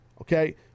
Okay